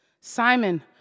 Simon